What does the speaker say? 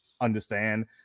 understand